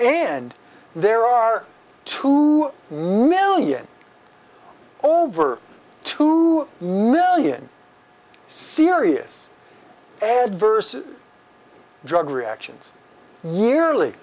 and there are two million over two million serious adverse drug reactions yearly